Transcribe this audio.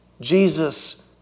Jesus